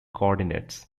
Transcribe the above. coordinates